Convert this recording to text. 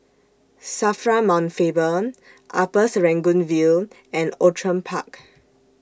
SAFRA Mount Faber Upper Serangoon View and Outram Park